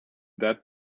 that